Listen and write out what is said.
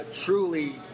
truly